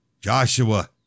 Joshua